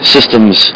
Systems